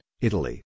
Italy